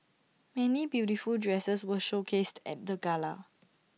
many beautiful dresses were showcased at the gala